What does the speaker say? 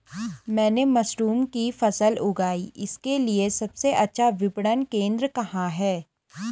मैंने मशरूम की फसल उगाई इसके लिये सबसे अच्छा विपणन केंद्र कहाँ है?